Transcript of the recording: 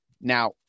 Now